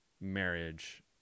marriage